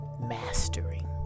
mastering